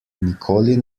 nikoli